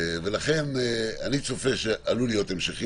לכן אני צופה שעלול להיות המשך,